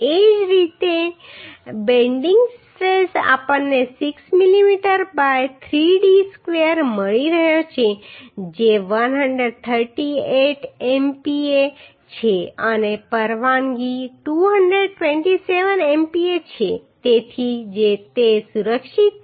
એ જ રીતે bending stress આપણને 6mm બાય 3d સ્ક્વેર મળી રહ્યો છે જે 138 MPa છે અને પરવાનગી 227 MPa છે તેથી તે સુરક્ષિત છે